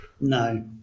No